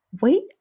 wait